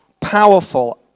powerful